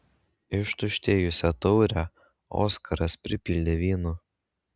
ištuštėjusią taurę oskaras pripildė vynu